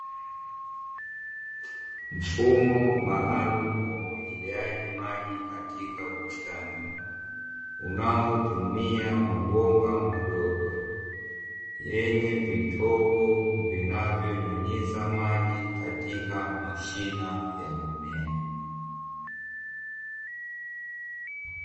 Mfumo maalumu wa umwagiliaji maji katika bustani, unaotumia mabomba madogo yenye vitobo vinavyonyunyiza maji katika mashina ya mimea.